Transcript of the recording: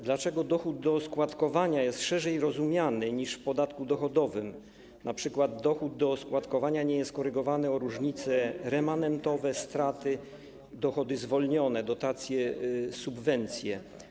Dlaczego dochód do oskładkowania jest szerzej rozumiany niż w podatku dochodowym, np. dochód do oskładkowania nie jest korygowany o różnicę remanentowe, straty, dochody zwolnione, dotacje, subwencje?